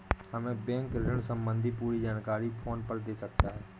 हमें बैंक ऋण संबंधी पूरी जानकारी फोन पर कैसे दे सकता है?